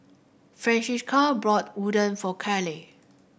Francisca brought Udon for Kalie